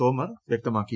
തോമർ വ്യക്തമാക്കി